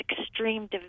extreme